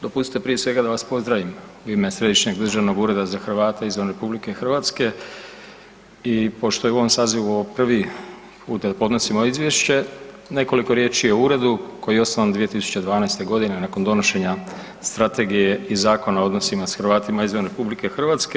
Dopustite prije svega da vas pozdravim u ime Središnjeg državnog Ureda za Hrvate izvan RH i pošto i u ovom sazivu prvi put podnosim ovo izvješće, nekoliko riječ o uredu koji je osnovan 2012. g. nakon donošenja Strategije i Zakona o odnosima s Hrvatima izvan RH.